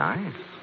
Nice